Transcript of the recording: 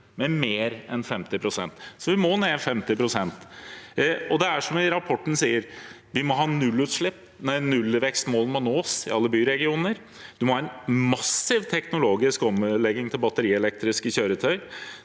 med mer enn 50 pst., så vi må ned 50 pst. Det er som rapporten sier: Vi må ha nullutslipp, nullvekstmålet må nås i alle byregioner, vi må ha en massiv teknologisk omlegging til batterielektriske kjøretøy,